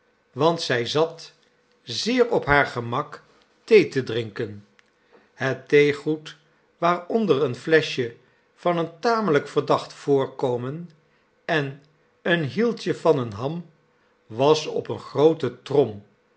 want zij zat zeer op haar gemak thee te drinken het theegoed waaronder een fleschje van een tamelijk verdacht voorkomen en het hieltje van eene ham was op eene groote trom